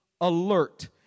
alert